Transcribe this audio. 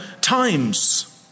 times